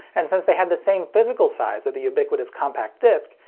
and since they had the same physical size of the ubiquitous compact disc,